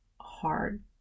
hard